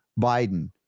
Biden